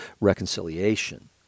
reconciliation